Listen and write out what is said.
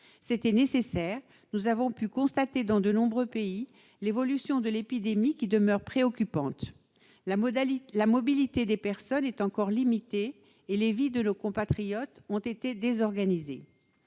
était nécessaire, car nous avons pu constater dans de nombreux pays que l'évolution de l'épidémie demeure préoccupante. La mobilité des personnes y est encore limitée, et les vies de nos compatriotes ont été désorganisées.